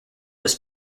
was